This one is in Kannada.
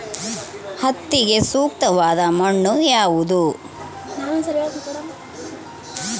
ಹತ್ತಿಗೆ ಸೂಕ್ತವಾದ ಮಣ್ಣು ಯಾವುದು?